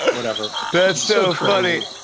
and whatever. that's so funny.